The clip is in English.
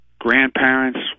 grandparents